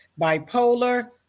bipolar